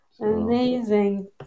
Amazing